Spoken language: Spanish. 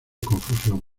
confusión